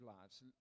lives